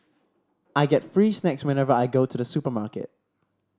I get free snacks whenever I go to the supermarket